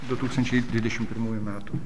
du tūkstančiai dvidešim pirmųjų metų